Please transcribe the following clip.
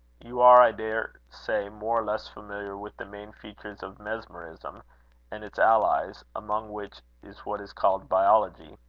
you are, i dare say, more or less familiar with the main features of mesmerism and its allies, among which is what is called biology.